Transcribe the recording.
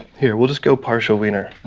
here, we'll just go partial wiener.